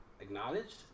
acknowledged